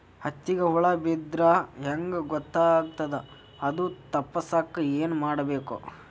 ಹತ್ತಿಗ ಹುಳ ಬಿದ್ದ್ರಾ ಹೆಂಗ್ ಗೊತ್ತಾಗ್ತದ ಅದು ತಪ್ಪಸಕ್ಕ್ ಏನ್ ಮಾಡಬೇಕು?